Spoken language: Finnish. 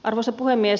arvoisa puhemies